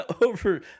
over